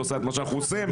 ועושה את מה שאנחנו עושים.